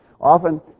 Often